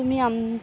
तुम्ही